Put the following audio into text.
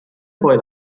poi